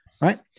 right